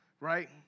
right